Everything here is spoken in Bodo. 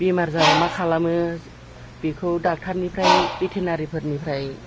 बेमार जाबा मा खालामो बेखौ डक्ट'रनिफ्राय भेटेनारिफोरनिफ्राय